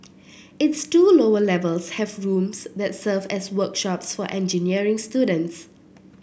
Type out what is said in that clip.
its two lower levels have rooms that serve as workshops for engineering students